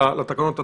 לתקנות עצמן,